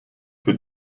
für